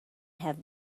have